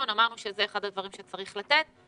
ואמרנו שזה אחד הדברים שצריך לעשות.